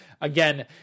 Again